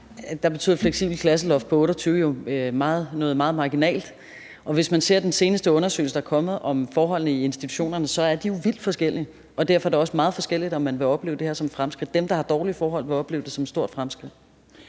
Der betyder et fleksibelt klasseloft på 28 jo noget meget marginalt. I den seneste undersøgelse, der er kommet om forholdene i institutionerne, kan man se, at de jo er vidt forskellige, og derfor er det også meget forskelligt, om man vil opleve det her som et fremskridt. Dem, der har dårlige forhold, vil opleve det som et stort fremskridt.